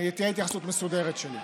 אני אתן התייחסות מסודרת שלי.